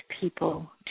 people